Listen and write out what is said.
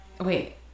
wait